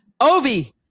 Ovi